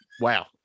wow